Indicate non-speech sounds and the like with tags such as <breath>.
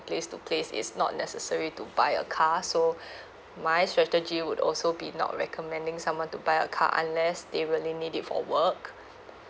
place to place is not necessary to buy a car so <breath> my strategy would also be not recommending someone to buy a car unless they really need it for work